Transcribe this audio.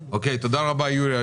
המקצועי בכלל